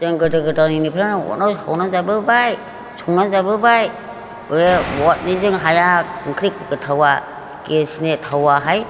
जों गोदो गोदायनिफ्रायनो अराव संनानै जाबोबाय संनानै जाबोबाय बे अथनिजों हाया ओंख्रि गोथावआ गेसनि थावआहाय